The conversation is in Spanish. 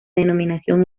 denominación